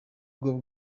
bwo